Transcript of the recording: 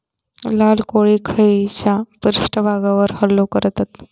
लाल कोळी खैच्या पृष्ठभागावर हल्लो करतत?